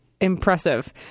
impressive